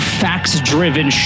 facts-driven